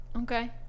Okay